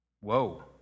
Whoa